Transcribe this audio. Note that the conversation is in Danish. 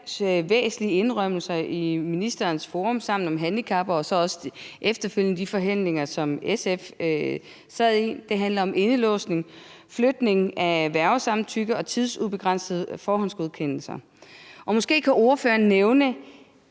væsentlige indrømmelser i ministerens forum Sammen om handicap og efterfølgende også i de forhandlinger, som SF sad i? Det handler om indelåsning, flytning af værgesamtykke og tidsubegrænsede forhåndsgodkendelser, og måske kan ordføreren også